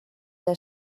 der